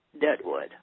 Deadwood